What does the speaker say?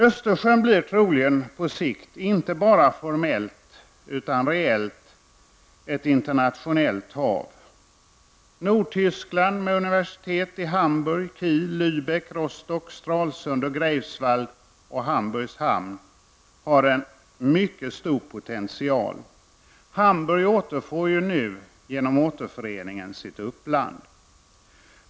Östersjön blir troligen på sikt inte bara formellt utan också reellt ett internationellt hav. Hamburgs hamn har en mycket stor potential. Hamburg återfår genom återföreningen sitt uppland.